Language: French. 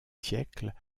siècles